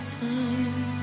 time